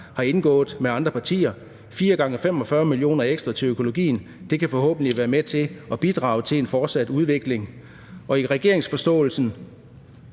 har indgået med andre partier. 4 gange 45 mio. kr. ekstra til økologien kan forhåbentlig være med til at bidrage til en fortsat udvikling. Og i forståelsespapiret